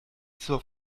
zur